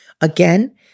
again